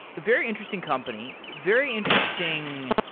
very interesting company, very interesting,